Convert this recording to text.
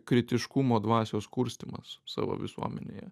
kritiškumo dvasios kurstymas savo visuomenėje